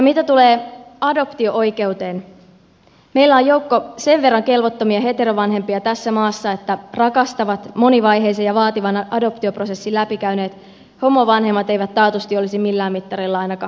mitä tulee adoptio oikeuteen meillä on joukko sen verran kelvottomia heterovanhempia tässä maassa että rakastavat monivaiheisen ja vaativan adoptioprosessin läpikäyneet homovanhemmat eivät taatusti olisi millään mittarilla ainakaan huonompia